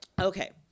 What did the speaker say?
Okay